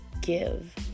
give